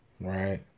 right